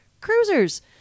cruisers